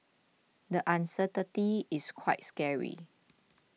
the uncertainty is quite scary